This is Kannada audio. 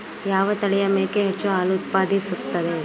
ಯಾವ ತಳಿಯ ಮೇಕೆ ಹೆಚ್ಚು ಹಾಲು ಉತ್ಪಾದಿಸುತ್ತದೆ?